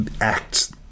acts